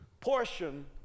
portion